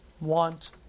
want